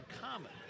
Common